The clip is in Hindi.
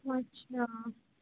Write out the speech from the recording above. अच्छा